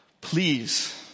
Please